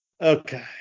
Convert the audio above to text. Okay